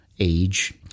age